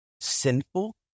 sinful